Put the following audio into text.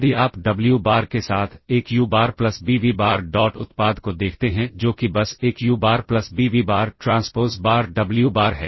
यदि आप W bar के साथ एक U bar plus B V bar dot उत्पाद को देखते हैं जो कि बस एक U bar plus B V bar transpose bar W bar है